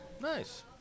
Nice